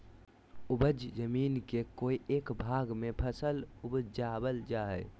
उपज जमीन के कोय एक भाग में फसल उपजाबल जा हइ